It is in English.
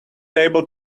able